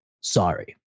Sorry